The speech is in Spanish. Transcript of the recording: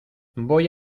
voy